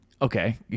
Okay